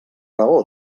raó